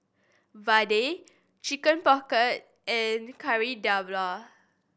vadai Chicken Pocket and Kari Debal